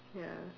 ya